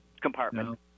compartment